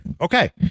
Okay